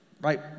right